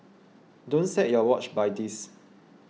don't set your watch by this